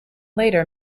later